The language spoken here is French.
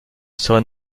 serait